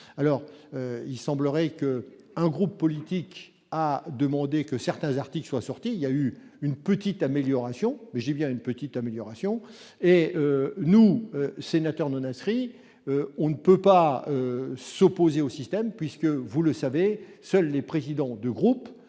alors il semblerait que un groupe politique a demandé que certains articles soit sorti il y a eu une petite amélioration mais j'ai bien une petite amélioration et nous sénateur non inscrit, on ne peut pas s'opposer au système puisque vous le savez, seuls les présidents de groupes